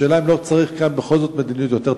השאלה היא אם לא צריך כאן בכל זאת מדיניות יותר תקיפה.